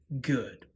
good